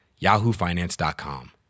YahooFinance.com